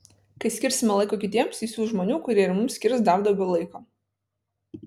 kai skirsime laiko kitiems jis siųs žmonių kurie ir mums skirs dar daugiau laiko